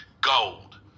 Gold